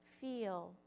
feel